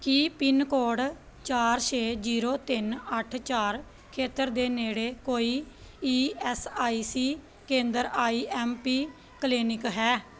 ਕੀ pin code ਚਾਰ ਛੇ zero ਤਿੰਨ ਅੱਠ ਚਾਰ ਖੇਤਰ ਦੇ ਨੇੜੇ ਕੋਈ ਈ ਐੱਸ ਆਈ ਸੀ ਕੇਂਦਰ ਆਈ ਐਮ ਪੀ ਕਲੀਨਿਕ ਹੈ